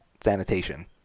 sanitation